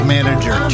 Manager